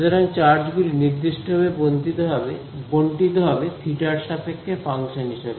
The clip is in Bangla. সুতরাং চার্জ গুলি নির্দিষ্টভাবে বন্টিত হবে থিটার সাপেক্ষে ফাংশন হিসাবে